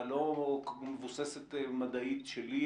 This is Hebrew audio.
הלא מבוססת מדעית שלי,